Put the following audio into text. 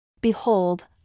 Behold